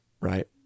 right